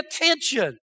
attention